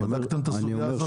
בדקתם את הסוגיה הזאת?